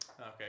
okay